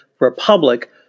Republic